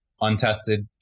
untested